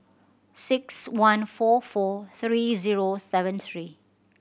six one four four three zero seven three